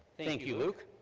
thank you luke.